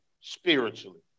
spiritually